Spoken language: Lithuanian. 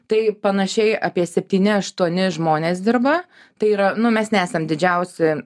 tai panašiai apie septyni aštuoni žmonės dirba tai yra nu mes nesam didžiausi